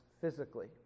physically